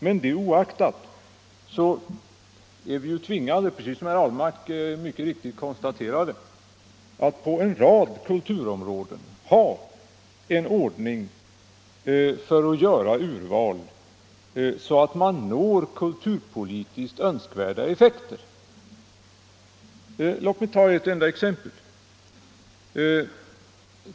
Men det oaktat är vi ju tvingade — precis som herr Ahlmark mycket riktigt konstaterade — att på en rad kulturområden ha en ordning för att göra urval så att man når kulturpolitiskt önskvärda effekter. Låt mig ta ett enda exempel.